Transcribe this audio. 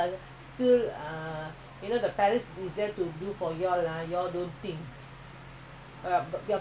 since april my company is not working you know a not ah another